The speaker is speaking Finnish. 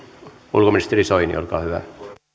ulkoministeri soini olkaa hyvä